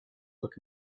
look